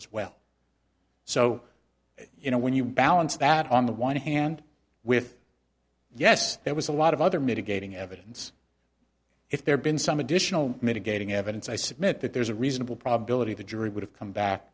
as well so you know when you balance that on the one hand with yes there was a lot of other mitigating evidence if there been some additional mitigating evidence i submit that there's a reasonable probability the jury would have come back